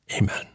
Amen